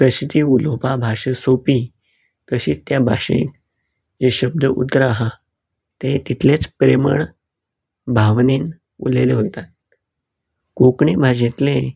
तशी ती उलोवपाक भाशा सोंपी तशींच त्या भाशेंत ही शब्द उतरां आहा ती तितलीच प्रेमळ भावनेन उलयली वतात कोंकणी भाशेंतलें